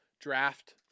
draft